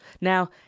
Now